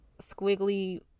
squiggly